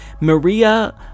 Maria